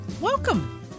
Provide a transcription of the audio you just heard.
Welcome